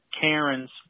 Karens